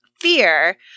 fear